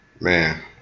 man